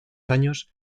años